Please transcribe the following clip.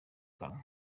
kanwa